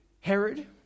Herod